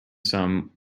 some